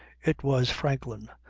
it was franklin,